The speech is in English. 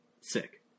Sick